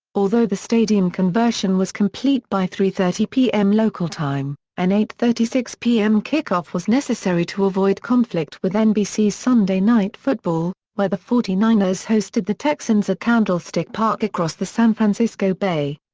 although the stadium conversion was complete by three thirty pm local time, an eight thirty six pm kickoff was necessary to avoid conflict with nbc's sunday night football, where the forty nine ers hosted the texans at candlestick park across the san francisco bay.